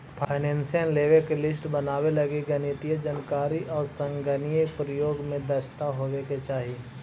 financial लेवे के list बनावे लगी गणितीय जानकारी आउ संगणकीय प्रयोग में दक्षता होवे के चाहि